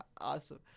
awesome